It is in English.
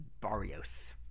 Barrios